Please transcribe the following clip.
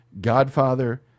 Godfather